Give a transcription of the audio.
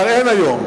כבר אין היום.